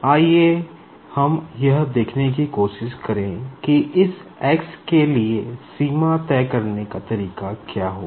आइए हम यह देखने की कोशिश करें कि इस x के लिए सीमा तय करने का तरीका क्या होगा